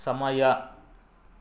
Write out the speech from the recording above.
ಸಮಯ